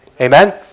Amen